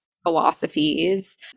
philosophies